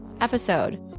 episode